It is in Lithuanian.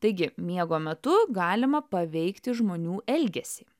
taigi miego metu galima paveikti žmonių elgesį